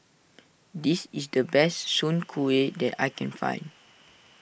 this is the best Soon Kuih that I can find